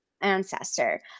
ancestor